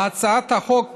בהצעת החוק